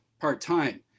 part-time